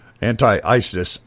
Anti-ISIS